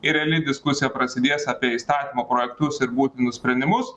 ir reali diskusija prasidės apie įstatymo projektus ir būtinus sprendimus